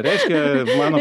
reiškia mano